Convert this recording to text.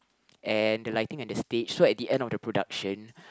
and the lighting and the stage so at the end of the production